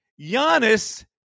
Giannis